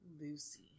Lucy